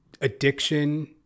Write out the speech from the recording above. addiction